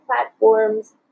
platforms